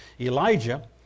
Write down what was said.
Elijah